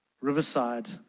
Riverside